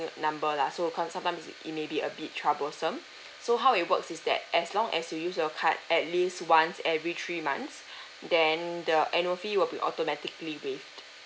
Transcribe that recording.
number lah so sometimes it may be a bit troublesome so how it works is that as long as you use your card at least once every three months then the annual fee will be automatically waived